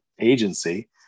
agency